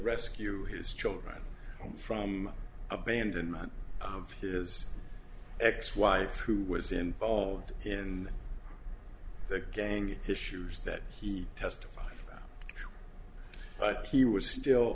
rescue his children from abandonment of his ex wife who was involved in the gang issues that he testified but he was still